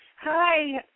hi